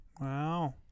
Wow